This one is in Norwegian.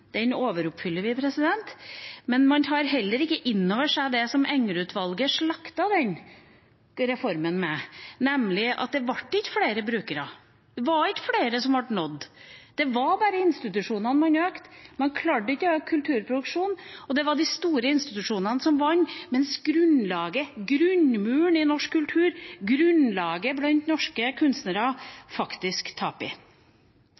den reformen, nemlig at det ikke ble flere brukere – det var ikke flere som ble nådd. Det var bare for institusjonene man økte – man klarte ikke å øke kulturproduksjonen, og det var de store institusjonene som vant, mens grunnmuren i norsk kultur, grunnlaget blant norske